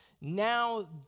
Now